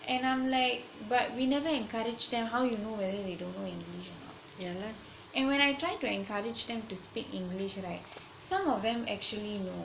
and I'm like but we never encourage them how you know whether they don't know english or not and when I actually encourage them to speak english right some of them actually know